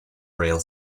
rail